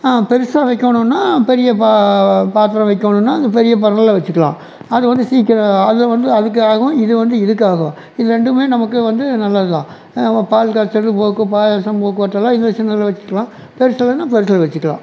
பெருசாக வக்கோணுன்னா பெரிய பா பாத்திரம் வக்கோணுன்னா அந்த பெரிய பர்னரில் வச்சுக்கலாம் அது வந்து சீக்கரம் அது வந்து அதுக்காகவும் இது வந்து இதுக்காகவும் இது ரெண்டுமே நமக்கு வந்து நல்லது தான் நம்ம பால் காய்ச்சறது போக்கு பாயாசம் போக்குவரத்தெல்லாம் இதுல சின்னதில் வச்சுக்கலாம் பெருசுலன்னா பெருசில் வச்சுக்கலாம்